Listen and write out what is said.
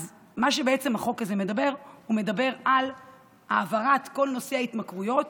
החוק הזה מדבר על העברת כל נושא ההתמכרויות